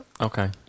okay